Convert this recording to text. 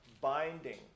binding